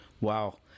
Wow